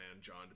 John